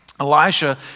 Elijah